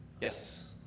Yes